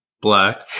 black